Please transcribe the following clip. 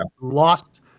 lost